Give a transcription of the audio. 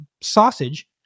sausage